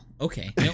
okay